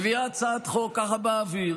את מביאה הצעת חוק ככה באוויר,